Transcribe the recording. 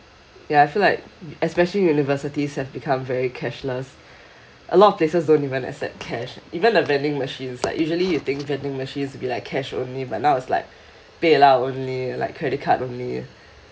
ya I feel like especially universities have become very cashless a lot of places don't even accept cash even the vending machines like usually you think vending machines be like cash only but now is like paylah only like credit card only